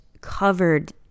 covered